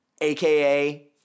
aka